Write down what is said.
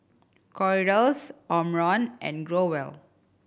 Kordel's Omron and Growell